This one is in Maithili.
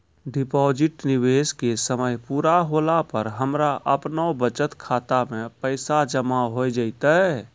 डिपॉजिट निवेश के समय पूरा होला पर हमरा आपनौ बचत खाता मे पैसा जमा होय जैतै?